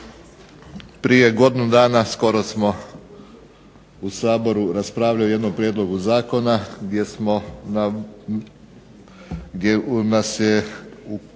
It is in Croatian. prije godinu dana skoro smo u Saboru raspravljali o jednom prijedlogu zakona gdje smo, gdje